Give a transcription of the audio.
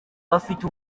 bafite